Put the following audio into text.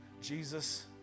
Jesus